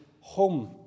home